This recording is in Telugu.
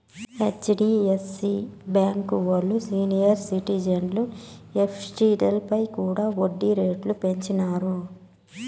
హెచ్.డీ.ఎఫ్.సీ బాంకీ ఓల్లు సీనియర్ సిటిజన్ల ఎఫ్డీలపై కూడా ఒడ్డీ రేట్లు పెంచినారు